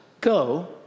go